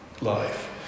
life